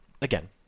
again